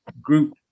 group